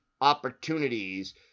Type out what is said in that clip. opportunities